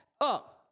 up